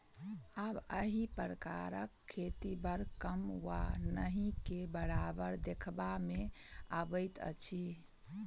आब एहि प्रकारक खेती बड़ कम वा नहिके बराबर देखबा मे अबैत अछि